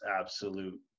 absolute